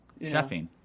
chefing